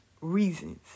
reasons